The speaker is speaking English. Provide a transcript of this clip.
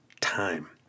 time